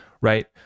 right